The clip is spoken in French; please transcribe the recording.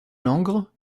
langres